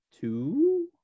two